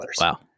Wow